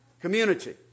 community